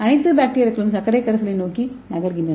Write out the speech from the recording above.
அனைத்து பாக்டீரியாக்களும் சர்க்கரை கரைசலை நோக்கி நகர்கின்றன